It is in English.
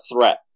threat